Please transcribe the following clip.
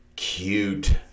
Cute